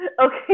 Okay